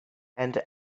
and